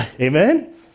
amen